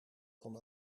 kon